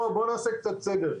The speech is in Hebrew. עכשיו, בוא נעשה קצת סדר.